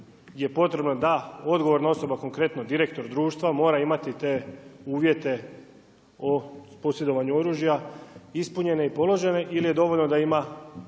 dalje je potrebno da odgovorna osoba konkretno direktor društva mora imati te uvjete o posjedovanju oružja ispunjene i položene ili je dovoljno da ima